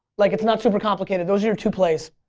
like it's not super complicated. those are your two plays.